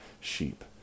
sheep